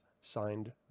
Signed